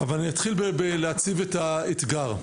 אתחיל בהצבת האתגר,